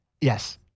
Yes